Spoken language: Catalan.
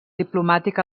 diplomàtic